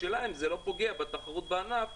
השאלה אם זה לא פוגע בתחרות בענף?